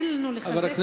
אין לנו לחזק